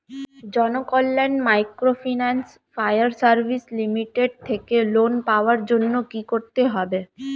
Janakalyan microfinance fire service limited থেকে loan পাওয়ার জন্য কি করতে হবে?